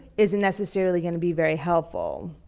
isn't necessarily going to be very helpful.